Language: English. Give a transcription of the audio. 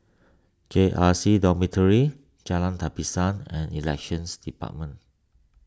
J R C Dormitory Jalan Tapisan and Elections Department